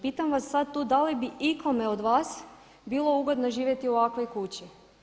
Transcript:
Pitam vas sada tu da li bi ikome od vas bilo ugodno živjeti u ovakvoj kući?